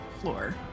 floor